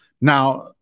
Now